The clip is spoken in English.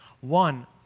One